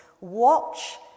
Watch